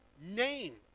name